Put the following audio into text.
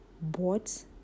bought